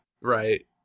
Right